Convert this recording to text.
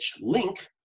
link